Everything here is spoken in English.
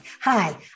Hi